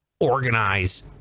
Organize